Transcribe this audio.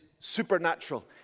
Supernatural